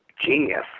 genius